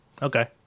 Okay